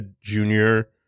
junior